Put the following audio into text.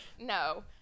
No